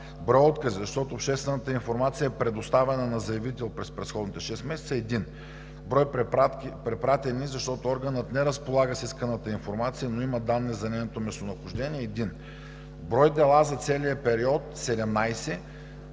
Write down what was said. Брой откази, защото обществената информация, предоставена на заявител през предходните шест месеца – 1. Брой препратени, защото органът не разполага с исканата информация, но има данни за нейното местонахождение – 1. Брой дела за целия период – 17.